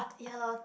ya loh